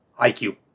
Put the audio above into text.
IQ